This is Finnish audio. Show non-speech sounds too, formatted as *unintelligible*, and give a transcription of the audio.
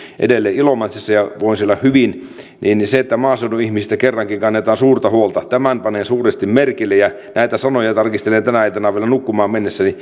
ilomantsissa edelleen ja voin siellä hyvin on se että maaseudun ihmisistä kerrankin kannetaan suurta huolta tämän panen suuresti merkille ja näitä sanoja tarkastelen tänä iltana vielä nukkumaan mennessäni *unintelligible*